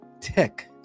tick